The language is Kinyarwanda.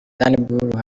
turnbull